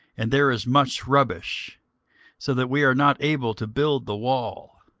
and there is much rubbish so that we are not able to build the wall.